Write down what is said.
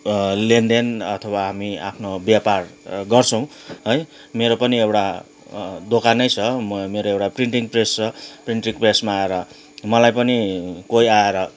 लेनदेन अथवा हामी आफ्नो व्यापार गर्छौँ है मेरो पनि एउटा दोकानै छ म मेरो एउटा प्रिन्टिङ प्रेस छ प्रिन्टिङ प्रेसमा आएर मलाई पनि कोही आएर